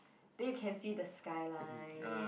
then you can see the skyline